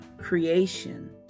creation